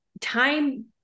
time